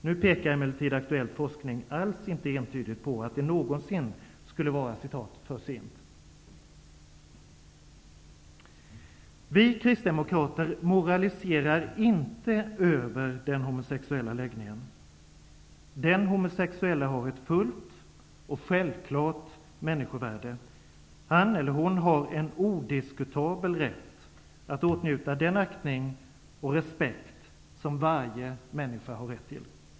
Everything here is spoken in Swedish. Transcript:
Nu pekar emellertid aktuell forskning alls inte entydigt på att det någonsin skulle vara ''för sent''. Vi kristdemokrater moraliserar inte över den homosexuella läggningen. Den homosexuelle har ett fullt och självklart människovärde. Han eller hon har en odiskutabel rätt att åtnjuta den aktning och respekt som varje människa har rätt till.